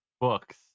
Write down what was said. books